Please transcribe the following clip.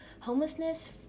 homelessness